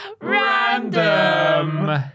Random